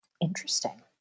Interesting